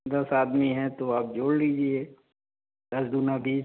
दस आदमी हैं तो आप जोड़ लीजिए दस दूना बीस